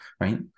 right